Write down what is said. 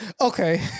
Okay